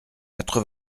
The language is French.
quatre